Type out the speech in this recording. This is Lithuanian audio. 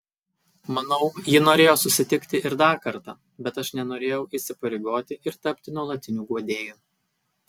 manau ji norėjo susitikti ir dar kartą bet aš nenorėjau įsipareigoti ir tapti nuolatiniu guodėju